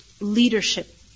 leadership